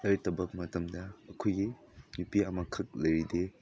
ꯂꯥꯏꯔꯤꯛ ꯇꯝꯕ ꯃꯇꯝꯗ ꯑꯩꯈꯣꯏꯒꯤ ꯅꯨꯄꯤ ꯑꯃꯈꯛ ꯂꯩꯔꯗꯤ